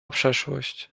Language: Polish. przeszłość